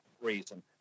reason